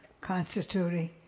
constituting